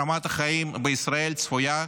רמת החיים בישראל צפויה לרדת.